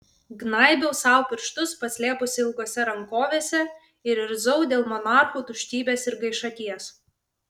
gnaibiau sau pirštus paslėpusi ilgose rankovėse ir irzau dėl monarchų tuštybės ir gaišaties